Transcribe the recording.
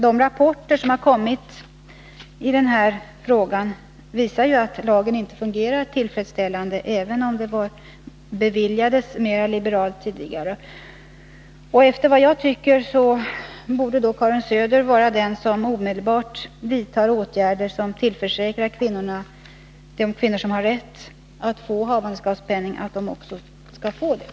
De rapporter som har kommit i denna fråga visar att lagen inte fungerar tillfredsställande, även om ärenden tidigare beviljades mer liberalt. Jag tycker att Karin Söder borde vara den som omedelbart vidtar åtgärder för att de kvinnor som har rätt till havandeskapspenning också skall få den.